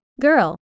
girl